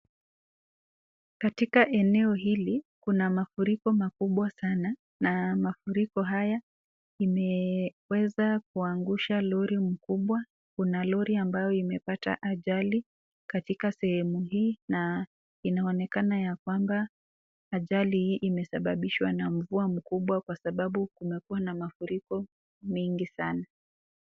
Katika eneo hili kuna mafuriko makubwa sana na mafuriko haya imeweza kuangusha lori mkubwa, kuna lori ambayo imepata ajali katika sehemu hii na inaonekana ya kwamba ajali hii imesababishwa na mvua mkubwa kwa sababu kumekua na mafuriko mengi sana.